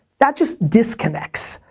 that just disconnects.